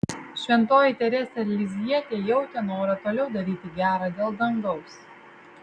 šventoji teresė lizjietė jautė norą toliau daryti gera dėl dangaus